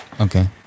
Okay